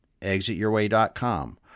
ExitYourWay.com